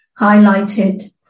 highlighted